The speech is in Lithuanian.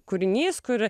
kūrinys kur